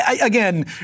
Again